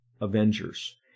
Avengers